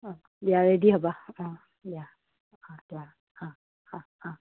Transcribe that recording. অঁ দিয়া ৰেডি হ'বা অঁ দিয়া অঁ দিয় অঁ অঁ অঁ